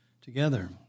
Together